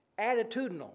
attitudinal